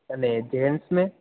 अने जेंट्स में